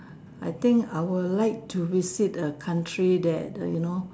I think I will like to visit a country that you know